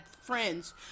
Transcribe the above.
friends